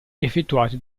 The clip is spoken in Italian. effettuati